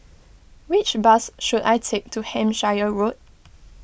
which bus should I take to Hampshire Road